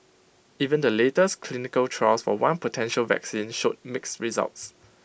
even the latest clinical trials for one potential vaccine showed mixed results